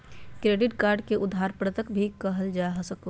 credit card के उधार पत्रक भी कहल जा सको हइ